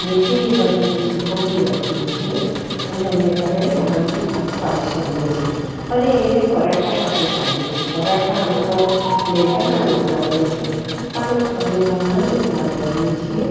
મેથીની ભાજીની સુકવણી નાખીએ છીએ અને આને કારણે આ વાનગી ખૂબ સ્વાદિષ્ટ બને છે અને એને પરાઠા સાથે ખાઈએ છીએ પરાઠા આમ તો મેંદાના લોટના બને છે પણ અમે ઘઉના લોટના બનાવીએ છીએ